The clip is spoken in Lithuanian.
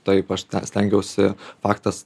taip aš stengiausi faktas